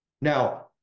Now